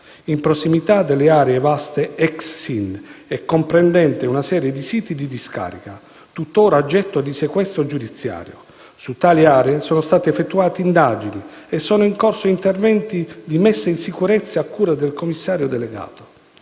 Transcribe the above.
in prossimità delle aree vaste ex SIN, e comprendente una serie di siti di discarica, tuttora oggetto di sequestro giudiziario. Su tali aree sono state effettuate indagini e sono in corso interventi di messa in sicurezza, a cura del commissario delegato.